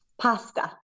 Pasta